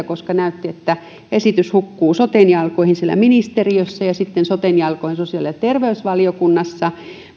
koska näytti että esitys hukkuu soten jalkoihin ministeriössä ja sitten soten jalkoihin sosiaali ja terveysvaliokunnassa